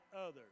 others